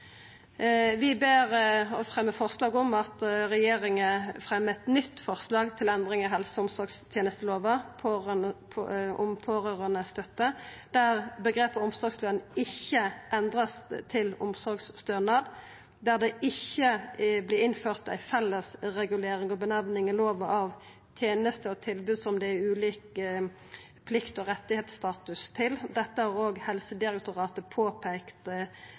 Vi fremjar forslag der vi ber regjeringa leggja fram eit nytt forslag til endring i helse- og omsorgstenestelova, om pårørandestøtte, der omgrepet «omsorgsløn» ikkje vert endra til omsorgsstønad, der det ikkje vert innført ei fellesregulering og nemning i lova av tenester og tilbod som det er knytt ulik plikt- og rettsstatus til. Dette har også Helsedirektoratet påpeikt